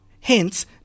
Hence